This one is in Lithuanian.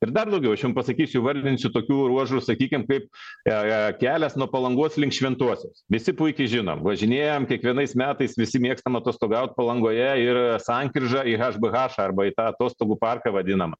ir dar daugiau aš jums pasakysiu įvardinsiu tokių ruožų sakykim kaip ee kelias nuo palangos link šventosios visi puikiai žinom važinėjam kiekvienais metais visi mėgstam atostogaut palangoje ir sankryžą ir hbh arba į tą atostogų parką vadinamą